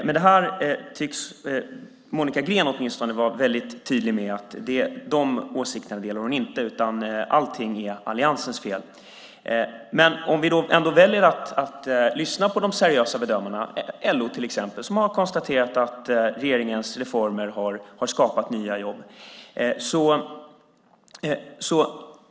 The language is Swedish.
Men åtminstone Monica Green tycks vara väldigt tydlig med att hon inte delar de åsikterna, utan allting är alliansens fel. Men om vi då ändå väljer att lyssna på de seriösa bedömarna, LO till exempel, som har konstaterat att regeringens reformer har skapat nya jobb kan vi fundera över detta.